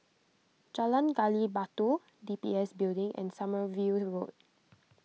Jalan Gali Batu D B S Building and Sommerville Road